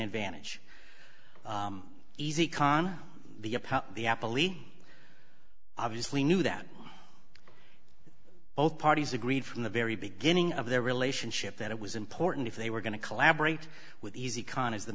advantage easy con the the apple e obviously knew that both parties agreed from the very beginning of their relationship that it was important if they were going to collaborate with these economies the